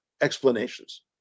explanations